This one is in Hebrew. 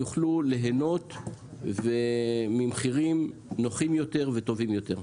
יוכלו ליהנות ממחירים נוחים יותר וטובים יותר.